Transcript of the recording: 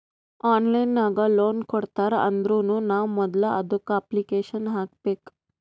online ನಾಗ್ loan ಕೊಡ್ತಾರ್ ಅಂದುರ್ನು ನಾವ್ ಮೊದುಲ ಅದುಕ್ಕ ಅಪ್ಲಿಕೇಶನ್ ಹಾಕಬೇಕ್